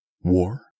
War